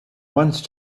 once